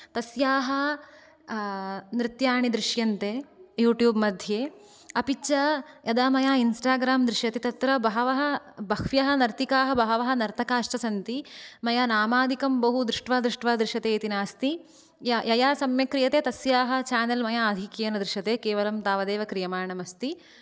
तस्याः नृत्याणि दृश्यन्ते युट्युब् मध्ये अपि च यदा मया इन्स्टाग्राम् दृश्यते तत्र बहवः बह्व्यः नर्तिकाः बहवः नर्तकाश्च सन्ति मया नामादिकं बहु दृष्ट्वा दृष्ट्वा दृश्यते इति नास्ति या यया सम्यक् क्रियते तस्याः चेनल् मया आधिक्येन दृश्यते केवलं तावदेव क्रियमाणम् अस्ति